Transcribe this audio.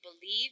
believe